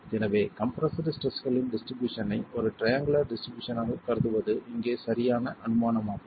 எனவே கம்ப்ரெஸ்டு ஸ்ட்ரெஸ்களின் டிஸ்ட்ரிபியூஷன் ஐ ஒரு ட்ரையங்குலர் டிஸ்ட்ரிபியூஷன் ஆக கருதுவது இங்கே சரியான அனுமானமாகும்